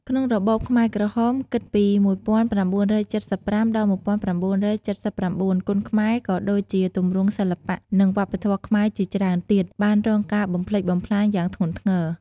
ក្នុងរបបខ្មែរក្រហម គិតពី ១៩៧៥ ដល់ ១៩៧៩ គុនខ្មែរ ក៏ដូចជាទម្រង់សិល្បៈ និងវប្បធម៌ខ្មែរជាច្រើនទៀត បានរងការបំផ្លិចបំផ្លាញយ៉ាងធ្ងន់ធ្ងរ។